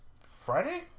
Friday